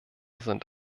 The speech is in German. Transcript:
sind